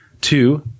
Two